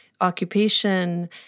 occupation